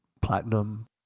platinum